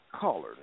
Caller